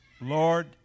lord